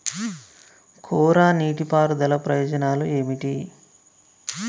కోరా నీటి పారుదల ప్రయోజనాలు ఏమిటి?